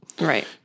Right